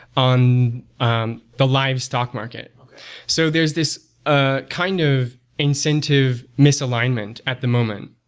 on um the livestock market so there's this ah kind of incentive misalignment at the moment.